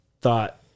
thought